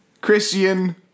Christian